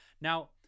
Now